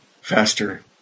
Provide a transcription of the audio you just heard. Faster